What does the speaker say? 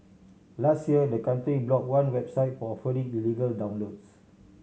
last year the country block one website for offering illegal downloads